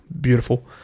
beautiful